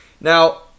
Now